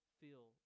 feel